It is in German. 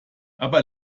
aber